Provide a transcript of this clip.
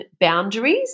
boundaries